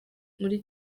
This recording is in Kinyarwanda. muri